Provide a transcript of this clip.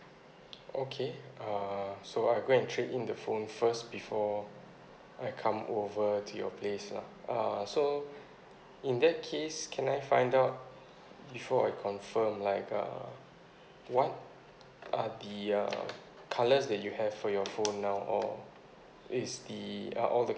okay uh so I'll go and trade in the phone first before I come over to your place lah uh so in that case can I find out before I confirm like uh what are the uh colours that you have for your phone now or is the uh are all the